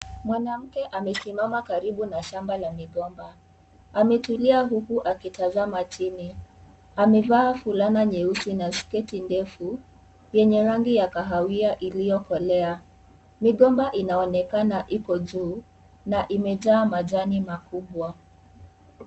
Mwanamke amesimama karibu na shamba la migomba, ametulia huku akitazama chini, amevaa fulana nyeusi na sketi ndefu, yenye rangi ya kahawia iliyo kolea, migomba inaonekana iko juu, na imejaa majani makubwa.